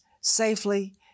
safely